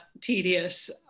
tedious